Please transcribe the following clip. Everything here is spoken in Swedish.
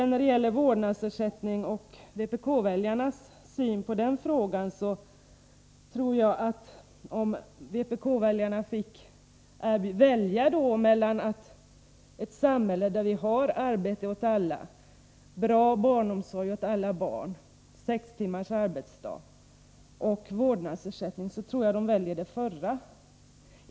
När det gäller vårdnadsersättning och vpk-väljarnas syn på den frågan tror jag att vpk-väljarna, om de fick välja mellan ett samhälle där vi har arbete åt alla, bra barnomsorg åt alla barn och sex timmars arbetsdag och ett samhälle där vi har vårdnadsersättning, skulle välja det förra.